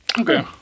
Okay